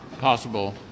possible